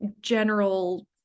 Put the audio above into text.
general